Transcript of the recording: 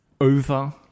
over